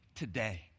Today